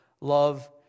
love